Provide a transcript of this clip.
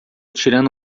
tirando